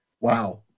wow